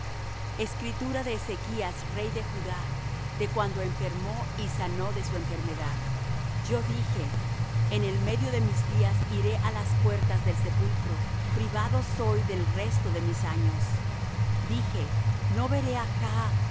escritura de ezechas rey de judá de cuando enfermó y sanó de su enfermedad yo dije en el medio de mis días iré á las puertas del sepulcro privado soy del resto de mis años dije no veré á